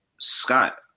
Scott